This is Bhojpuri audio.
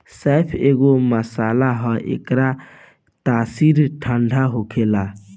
सौंफ एगो मसाला हअ एकर तासीर ठंडा होखेला